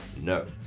no,